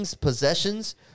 possessions